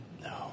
No